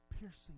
Piercing